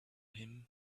him